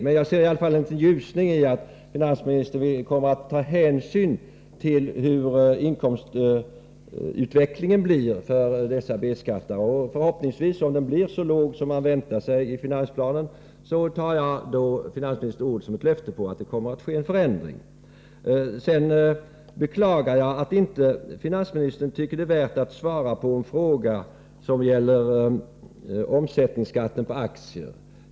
Man kan se en ljusning i det förhållandet att finansministern kommer att ta hänsyn till hur inkomstutvecklingen blir för B-skattebetalarna. Om den blir så låg som man väntar sig i finansplanen, tar jag finansministerns ord som ett löfte om att det kommer att ske en förändring. Jag beklagar att finansministern inte tycker det är värt att svara på en fråga som gäller omsättningsskatten på aktier.